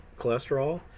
cholesterol